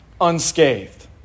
unscathed